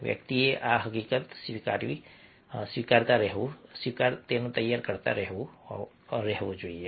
વ્યક્તિએ આ હકીકતો સ્વીકારવા તૈયાર રહેવું જોઈએ